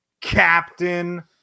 Captain